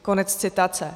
Konec citace.